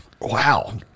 Wow